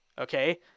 okay